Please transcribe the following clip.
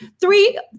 Three